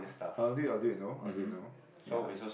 I'll do it I'll do it you know I'll do it you know ya